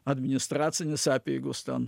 administracinės apeigos ten